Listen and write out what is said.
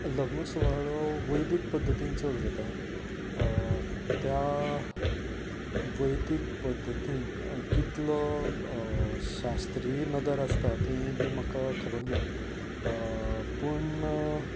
लग्न सुवाळो वैदिक पद्दतीन चड जाता त्या वैदीक पद्दतीक कितलो शास्त्रीय नदर आसता तेंय बी म्हाका खबर ना पूण